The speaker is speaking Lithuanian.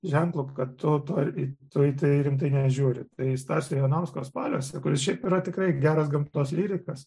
ženklu kad tu to į tai rimtai nežiūri tai stasio jonausko spaliuose kuris šiaip yra tikrai geras gamtos lyrikas